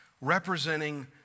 representing